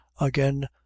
again